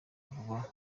vuba